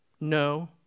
No